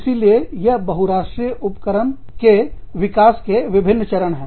इसीलिए यह बहुराष्ट्रीय उपक्रम के विकास के विभिन्न चरण हैं